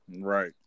Right